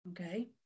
okay